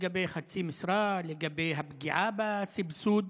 לגבי חצי משרה, לגבי הפגיעה בסבסוד.